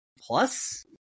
plus